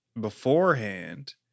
beforehand